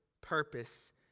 purpose